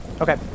Okay